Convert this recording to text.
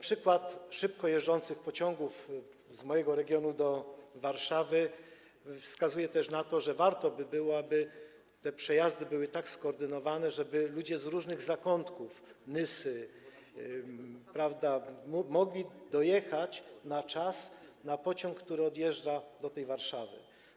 Przykład pociągów szybko jeżdżących z mojego regionu do Warszawy wskazuje też na to, że warto by było, aby te przejazdy były tak skoordynowane, żeby ludzie z różnych zakątków, np. Nysy, mogli dojechać na czas na pociąg, który odjeżdża do Warszawy.